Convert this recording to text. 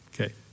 Okay